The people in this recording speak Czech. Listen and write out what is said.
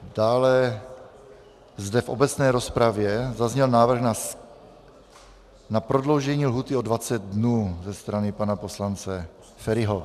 Dále zde v obecné rozpravě zazněl návrh na prodloužení lhůty o 20 dnů ze strany pana poslance Feriho.